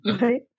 right